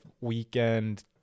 weekend